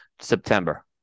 September